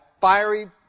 fiery